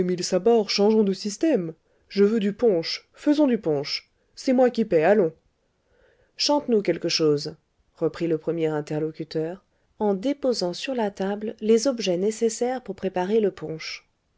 changeons de système je veux du punch faisons du punch c'est moi qui paie allons chante nous quelque chose reprit le premier interlocuteur en déposant sur la table les objets nécessaires pour préparer le punch